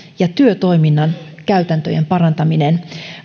ja työtoiminnan käytäntöjen parantaminen